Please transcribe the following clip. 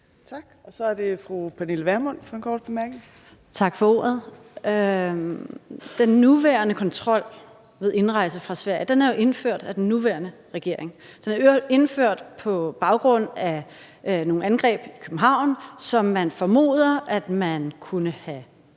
Kl. 13:52 Pernille Vermund (NB): Tak for ordet. Den nuværende kontrol ved indrejse fra Sverige er jo indført af den nuværende regering, og den er i øvrigt indført på grund af nogle angreb i København, som man formoder, at man kunne have undgået,